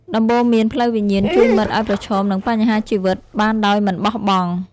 ដំបូន្មានផ្លូវវិញ្ញាណជួយមិត្តឲ្យប្រឈមនឹងបញ្ហាជីវិតបានដោយមិនបោះបង់។